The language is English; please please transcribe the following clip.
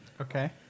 Okay